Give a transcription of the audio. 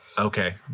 Okay